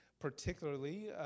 particularly